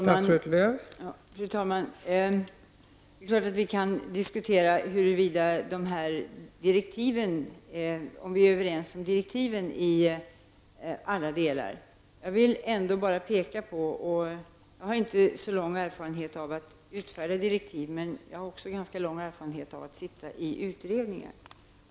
Fru talman! Det är klart att vi kan diskutera huruvida vi är överens om direktiven i alla delar. Jag vill peka på att jag inte har så lång erfarenhet av att utfärda direktiv, men jag har ganska stor erfarenhet av att sitta i utredningar.